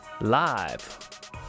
live